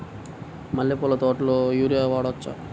మల్లె పూల తోటలో యూరియా వాడవచ్చా?